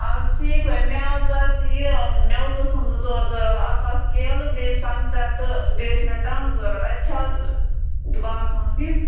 اَہَن حظ ٹھیٖک پٲٹھۍ مےٚ حظ ٲس یہِ مٮ۪وٕ قٕسٕم زٕ ژور ضروٗرت اَکھ آسہٕ کیلہٕ بیٚیہِ سنٛگتَر تہٕ بیٚیہِ ٲسۍ مےٚ ٹنٛگ ضروٗرت اَتہِ چھِ حظ دُکانَس منٛز کیٚنٛہہ